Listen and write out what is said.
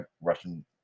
Russian